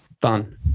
Done